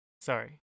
sorry